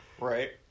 Right